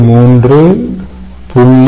3 0